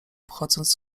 wchodząc